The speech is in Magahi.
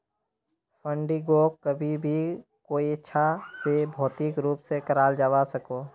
फंडिंगोक कभी भी कोयेंछा से भौतिक रूप से कराल जावा सकोह